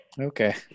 okay